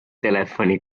telefoni